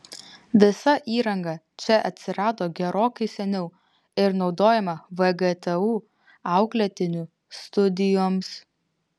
visa įranga čia atsirado gerokai seniau ir naudojama vgtu auklėtinių studijoms